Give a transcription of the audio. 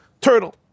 Turtle